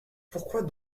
pourquoi